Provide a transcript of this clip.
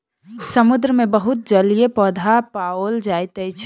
समुद्र मे बहुत जलीय पौधा पाओल जाइत अछि